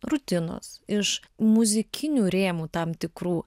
rutinos iš muzikinių rėmų tam tikrų